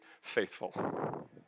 faithful